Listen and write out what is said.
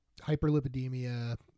hyperlipidemia